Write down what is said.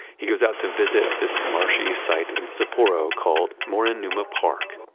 he goes out to visit this marshy site in sapporo called moerenuma park.